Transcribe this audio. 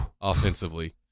offensively